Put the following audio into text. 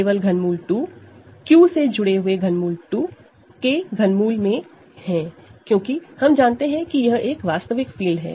केवल ∛ 2 Q से जुड़े हुए ∛ 2 के ∛ में है क्योंकि हम जानते हैं कि यह एक वास्तविक फील्ड है